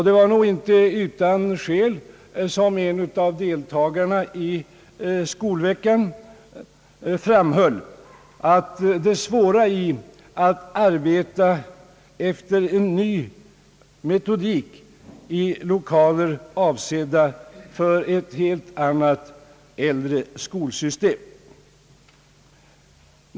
Det var nog inte utan skäl som en av deltagarna i Skolveckan framhöll det svåra i att arbeta efter en ny metodik i lokaler avsedda för ett helt annat, äldre skolsystem.